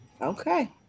Okay